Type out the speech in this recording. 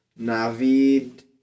Navid